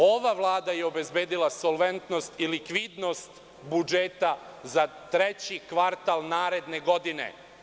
Ova Vlada je obezbedila solventnost i likvidnost budžeta za treći kvartal naredne godine.